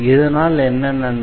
இதனால் என்ன நன்மை